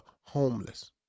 homeless